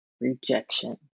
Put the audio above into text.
rejection